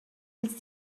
ils